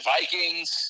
Vikings